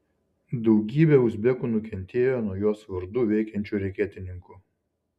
daugybė uzbekų nukentėjo nuo jos vardu veikiančių reketininkų